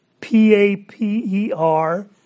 P-A-P-E-R